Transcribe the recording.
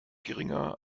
geringer